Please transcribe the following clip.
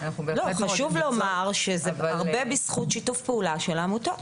אבל חשוב לומר שזה הרבה בזכות שיתוף פעולה של העמותות.